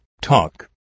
Talk